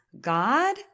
God